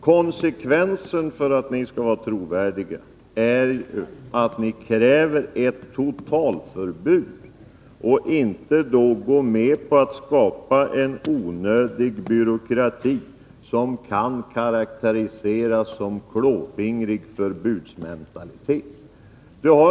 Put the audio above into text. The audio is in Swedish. Konsekvensen blir ju att ni för att vara trovärdiga måste kräva ett totalförbud istället för att skapa onödig byråkrati, som kan karakteriseras som klåfingrig förbudsmentalitet.